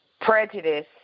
prejudice